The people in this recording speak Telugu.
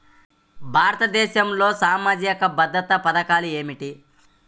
భారతదేశంలో సామాజిక భద్రతా పథకాలు ఏమిటీ?